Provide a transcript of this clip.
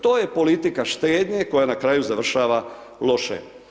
To je politika štednje, koja na kraju završava loše.